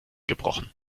gebrochen